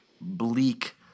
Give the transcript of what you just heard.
bleak